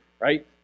right